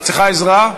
את צריכה עזרה?